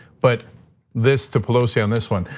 but this to pelosi on this one.